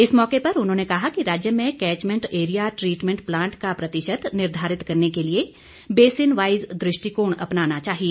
इस मौके पर उन्होंने कहा कि राज्य में कैचमेंट एरिया ट्रीटमेंट प्लांट का प्रतिशत निर्धारित करने के लिए बेसिन वाइज दृष्टिकोण अपनाना चाहिए